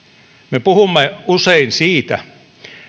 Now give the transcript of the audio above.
me puhumme usein siitä